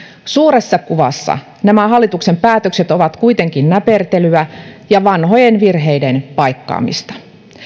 suuressa kuvassa nämä hallituksen päätökset ovat kuitenkin näpertelyä ja vanhojen virheiden paikkaamista